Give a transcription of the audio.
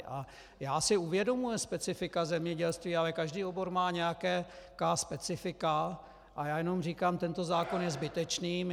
A já si uvědomuji specifika zemědělství, ale každý obor má nějaká specifika a já jenom říkám, tento zákon je zbytečný.